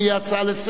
אין נמנעים.